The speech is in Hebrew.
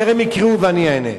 טרם יקראו ואני אענה.